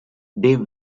dave